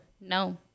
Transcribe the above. No